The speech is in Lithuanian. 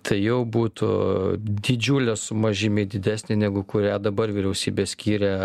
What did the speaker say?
tai jau būtų didžiulė suma žymiai didesnė negu kurią dabar vyriausybė skyrė